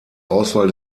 auswahl